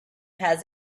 has